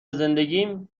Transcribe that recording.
زندگیم